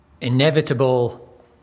inevitable